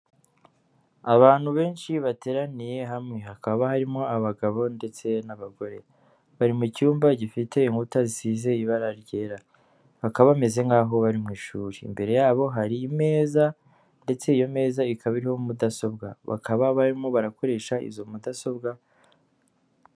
Abantu benshi bateraniye hamwe hakaba harimo abagabo ndetse n'abagore, bari mu cyumba gifite inkuta zisize ibara ryera, bakaba bameze nkaho bari mu ishuri, imbere yabo hari imeza ndetse iyo meza ikaba iriho mudasobwa, bakaba barimo barakoresha izo mudasobwa.